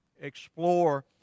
explore